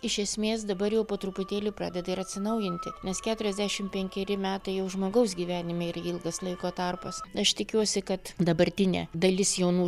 iš esmės dabar jau po truputėlį pradeda ir atsinaujinti nes keturiasdešim penkeri metai jau žmogaus gyvenime ir ilgas laiko tarpas aš tikiuosi kad dabartinė dalis jaunų